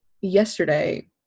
Yesterday